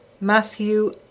Matthew